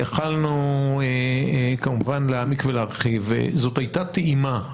יכולנו כמובן להעמיק ולהרחיב זאת הייתה טעימה.